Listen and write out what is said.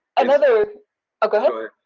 another ah yes.